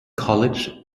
college